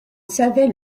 savait